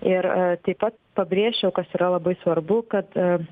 ir taip pat pabrėžčiau kas yra labai svarbu kad